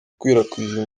gukwirakwiza